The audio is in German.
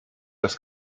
das